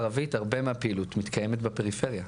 בחברה הערבית הרבה מהפעילות מתקיימת בפריפריה,